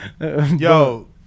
Yo